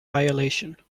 violation